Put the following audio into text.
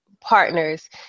partners